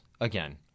again